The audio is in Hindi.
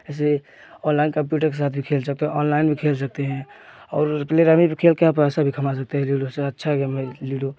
जैसे ऑनलाइन कंप्यूटर के साथ भी खेल सकते हो ऑनलाइन भी खेल सकते हैं और प्ले रमी पर खेल के आप पैसा भी कमा सकते हैं लूडो से अच्छा गेम है लूडो